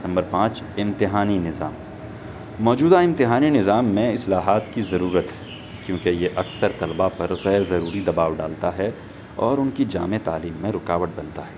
number پانچ امتحانی نظام موجودہ امتحانی نظام میں اصلاحات کی ضرورت ہے کیوںکہ یہ اکثر طلبا پر غیر ضروری دباؤ ڈالتا ہے اور ان کی جامع تعلیم میں رکاوٹ بنتا ہے